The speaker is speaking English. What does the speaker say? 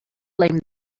blame